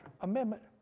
Amendment